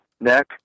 neck